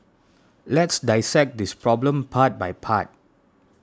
let's dissect this problem part by part